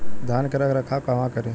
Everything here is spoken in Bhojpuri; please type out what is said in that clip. धान के रख रखाव कहवा करी?